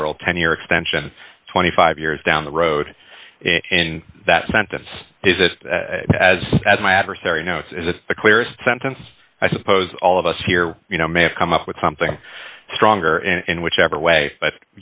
unilateral ten year extension twenty five years down the road in that sentence does it as as my adversary notes is the clearest sentence i suppose all of us here you know may have come up with something stronger and whichever way but